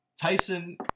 Tyson